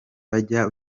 bajya